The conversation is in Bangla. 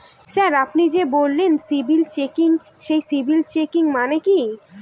স্যার আপনি যে বললেন সিবিল চেকিং সেই সিবিল চেকিং মানে কি?